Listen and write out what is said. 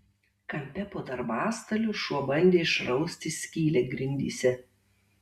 kampe po darbastaliu šuo bandė išrausti skylę grindyse